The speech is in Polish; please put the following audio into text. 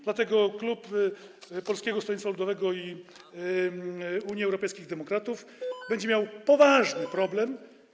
Dlatego klub Polskiego Stronnictwa Ludowego - Unii Europejskich Demokratów będzie miał poważny problem.